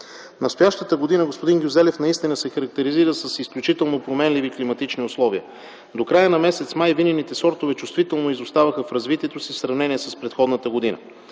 Настоящата година, господин Гюзелев, се характеризира с изключително променливи климатични условия. До края на м. май винените сортове чувствително изоставаха в развитието си в сравнение с предходната година.